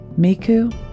Miku